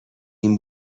این